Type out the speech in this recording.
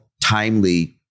timely